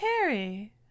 Harry